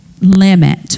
limit